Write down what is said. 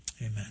amen